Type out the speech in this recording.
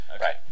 Right